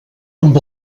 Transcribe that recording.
amb